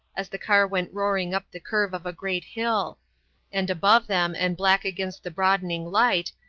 as the car went roaring up the curve of a great hill and above them and black against the broadening light,